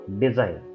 design